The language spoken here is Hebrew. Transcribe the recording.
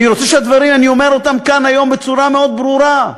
אני אומר את הדברים היום כאן בצורה מאוד ברורה.